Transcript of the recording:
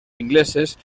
ingleses